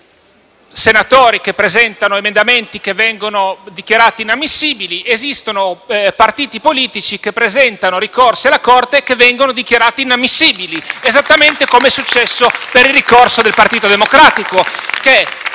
Esistono senatori che presentano emendamenti che vengono dichiarati inammissibili, così come esistono partiti politici che presentano ricorsi alla Corte costituzionale che vengono dichiarati inammissibili, esattamente come successo per il ricorso del Partito Democratico,